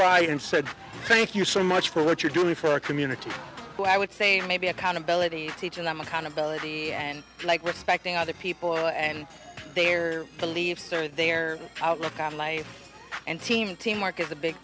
by and said thank you so much for what you're doing for our community but i would say maybe accountability teaching them accountability and like respecting other people and their beliefs or their outlook on life and team teamwork is the big